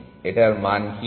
এটার মান কি হবে